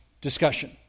discussion